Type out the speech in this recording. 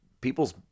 people's